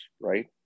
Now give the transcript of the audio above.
right